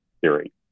theory